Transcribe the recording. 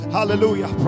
Hallelujah